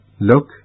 Look